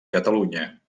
catalunya